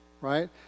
right